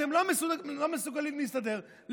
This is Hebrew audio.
אתם לא מסוגלים להסתדר?